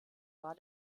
war